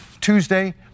Tuesday